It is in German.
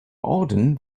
orden